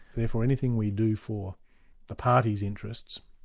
therefore anything we do for the party's interests,